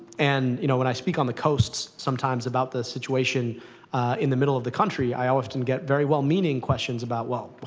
and, you know, when i speak on the coasts, sometimes, about the situation in the middle of the country, i often get very well-meaning questions about, well,